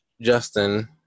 Justin